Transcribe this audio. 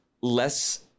less